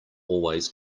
always